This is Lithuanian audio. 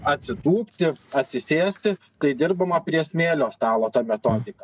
atsitūpti atsisėsti tai dirbama prie smėlio stalo ta metodika